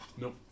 Nope